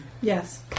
yes